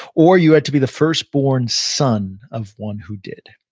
or you had to be the first born son of one who did.